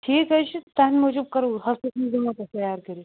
ٹھیٖک حظ چھُ تہنٛدِ موٗجوٗب کَرو ہفتَس منٛز دمہو تَۄہہِ تیار کٔرِتھ